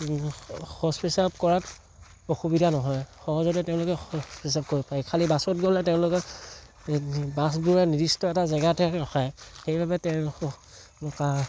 শৌচ পেচাব কৰাত অসুবিধা নহয় সহজতে তেওঁলোকে শৌচ পেচাব কৰিব পাৰি কিন্তু বাছত গ'লে তেওঁলোকে বাছবোৰে নিৰ্দিষ্ট এটা জেগাতে ৰখায় সেইবাবে